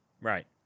Right